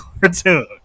cartoon